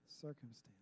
circumstance